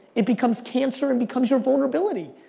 it becomes cancer, and becomes your vulnerability.